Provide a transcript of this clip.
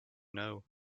know